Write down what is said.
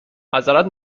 معذرت